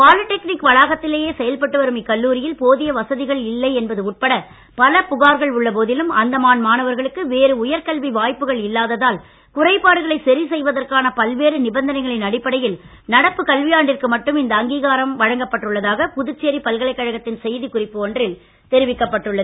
polytechnic வளாகத்திலேயே செயல்பட்டு வரும் இக்கல்லூரியில் போதிய வசதிகள் இல்லை என்பது உட்பட பல புகார்கள் உள்ள போதிலும் அந்தமான் மாணவர்களுக்கு வேறு உயர்கல்வி வாய்ப்புகள் இல்லாதால் குறைபாடுகளை சரி செய்வதற்கான பல்வேறு நிபந்தனைகளின் அடிப்படையில் நடப்பு கல்வியாண்டிற்கு மட்டும் இந்த அங்கீகாரம் வழங்கப்பட்டுள்ளதாக புதுச்சேரி பல்கலைக்கழகத்தின் செய்திக் குறிப்பு ஒன்றில் தெரிவிக்கப்பட்டுள்ளது